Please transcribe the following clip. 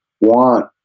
want